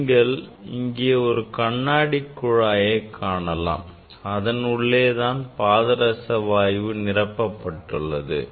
இங்கே நீங்கள் ஒரு கண்ணாடி குழாயை காணலாம் இதன் உள்ளே தான் பாதரச வாயு நிரப்பப்பட்டுள்ளது